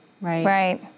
Right